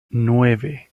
nueve